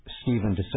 Stephen